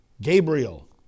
Gabriel